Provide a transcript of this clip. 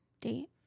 date